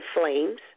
flames